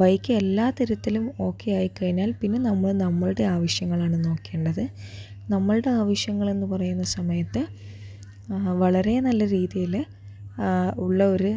bike എല്ലാതരത്തിലും ഒക്കെയായി കഴിഞ്ഞാൽ പിന്നെ നമ്മള് നമ്മളുടെ ആവശ്യങ്ങളാണ് നോക്കേണ്ടത് നമ്മളുടെ ആവശ്യങ്ങളെന്നു പറയുന്ന സമയത്ത് വളരെ നല്ല രീതിയില് ഉള്ള ഒര്